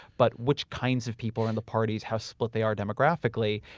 but which kinds of people in the parties, how split they are demographically.